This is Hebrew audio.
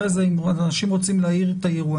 אחרי זה אם אנשים רוצים להעיר, תעירו.